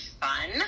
fun